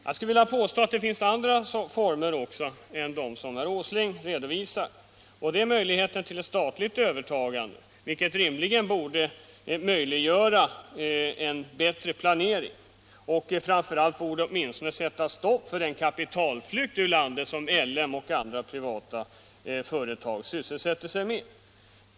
Jag skulle vilja påstå att det finns andra former än de som herr Åsling redovisar, exempelvis möjligheten till ett statligt övertagande, som rimligen borde möjliggöra en bättre planering och framför allt — åtminstone —- borde kunna sätta stopp för den utflyttning av kapital ur landet som L M och andra privata företag sysselsätter sig med.